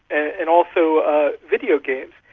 and also ah videogames.